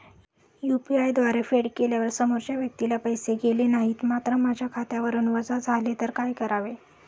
UPI द्वारे फेड केल्यावर समोरच्या व्यक्तीला पैसे गेले नाहीत मात्र माझ्या खात्यावरून वजा झाले तर काय करावे?